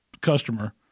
customer